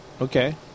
Okay